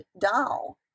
doll